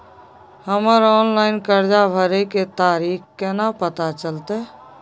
हमर ऑनलाइन कर्जा भरै के तारीख केना पता चलते?